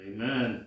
Amen